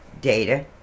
data